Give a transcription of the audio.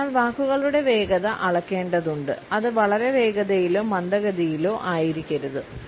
അതിനാൽ വാക്കുകളുടെ വേഗത അളക്കേണ്ടതുണ്ട് അത് വളരെ വേഗതയിലോ മന്ദഗതിയിലോ ആയിരിക്കരുത്